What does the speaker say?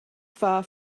far